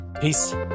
Peace